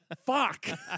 fuck